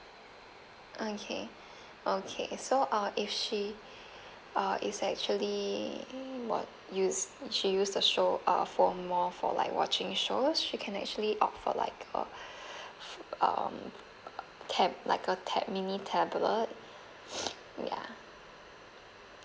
okay okay so uh if she uh is actually what use she use the show uh for more for like watching shows she can actually opt for like a um tab like a tab mini tablet ya